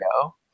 go